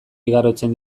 igarotzen